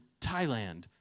Thailand